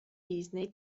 disney